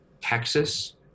Texas